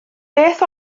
beth